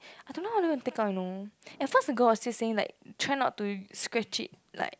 I don't know how to go and take out you know and at first the girl was still saying like try not to scratch it like